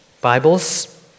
Bibles